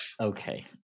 okay